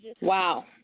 Wow